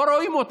לא רואים אותה.